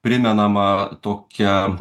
primenama tokia